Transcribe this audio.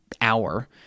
hour –